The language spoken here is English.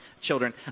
children